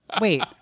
wait